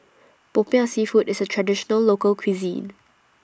Popiah Seafood IS A Traditional Local Cuisine